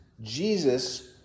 Jesus